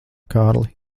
kārli